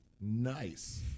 Nice